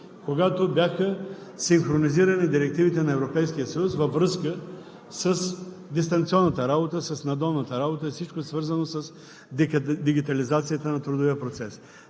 когато бяха синхронизирани директивите на Европейския съюз във връзка с дистанционната работа, с надомната работа и всичко, свързано с дигитализацията на трудовия процес.